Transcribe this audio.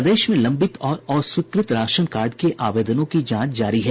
प्रदेश में लंबित और अस्वीकृत राशन कार्ड के आवेदनों की जांच जारी है